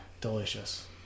delicious